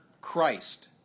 Christ